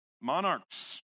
monarchs